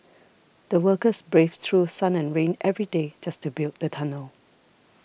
the workers braved through sun and rain every day just to build the tunnel